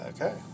Okay